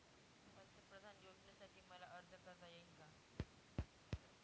पंतप्रधान योजनेसाठी मला अर्ज करता येईल का?